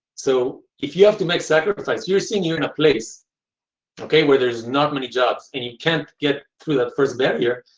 so, if you have to make sacrifice you're saying you in a place where there's not many jobs and you can't get through that first barrier.